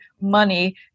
money